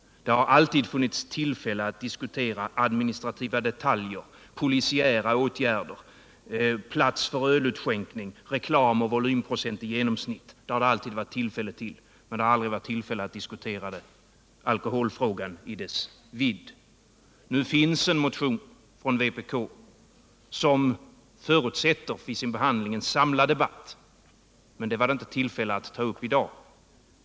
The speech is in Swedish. Det har alltid funnits tid att diskutera administrativa detaljer, polisiära åtgärder, plats för ölutskänkning, reklam och volymprocent i genomsnitt. Men det har aldrig funnits tillfälle att diskutera alkoholfrågan i hela dess vidd. | Nu finns det en motion från vpk, som för sin behandling förutsätter en samlad debatt. Men det fanns det inte tillfälle att ta upp i dag.